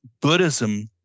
Buddhism